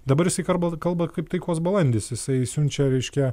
dabar jisai karb kalba kaip taikos balandis jisai siunčia reiškia